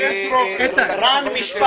בהמשך